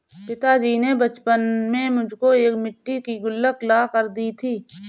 पिताजी ने बचपन में मुझको एक मिट्टी की गुल्लक ला कर दी थी